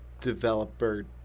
developer